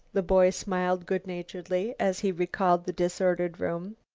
the boy smiled good-naturedly as he recalled the disordered room.